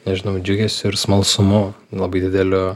nežinau džiugesiu ir smalsumu labai dideliu